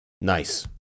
Nice